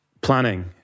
planning